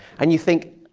and you think,